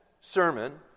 sermon